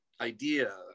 idea